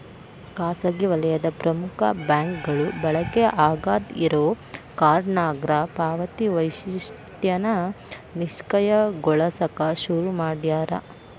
ಖಾಸಗಿ ವಲಯದ ಪ್ರಮುಖ ಬ್ಯಾಂಕ್ಗಳು ಬಳಕೆ ಆಗಾದ್ ಇರೋ ಕಾರ್ಡ್ನ್ಯಾಗ ಪಾವತಿ ವೈಶಿಷ್ಟ್ಯನ ನಿಷ್ಕ್ರಿಯಗೊಳಸಕ ಶುರು ಮಾಡ್ಯಾರ